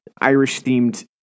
Irish-themed